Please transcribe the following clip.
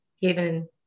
given